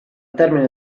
termine